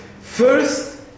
first